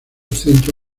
centro